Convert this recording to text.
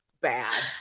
bad